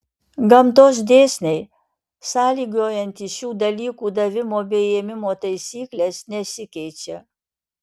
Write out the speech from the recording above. gamtos dėsniai sąlygojantys šių dalykų davimo bei ėmimo taisykles nesikeičia